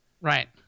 Right